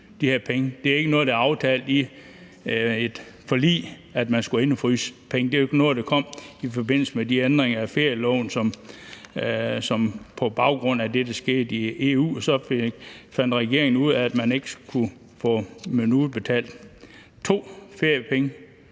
Det er ikke noget, der er aftalt i et forlig. Det er jo ikke noget, der kom i forbindelse med ændringer af ferieloven. På baggrund af det, der skete i EU, fandt regeringen ud af, at man skulle kunne få udbetalt to gange feriepenge